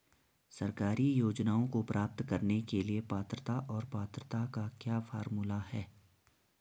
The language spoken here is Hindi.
सरकारी योजनाओं को प्राप्त करने के लिए पात्रता और पात्रता का क्या फार्मूला है?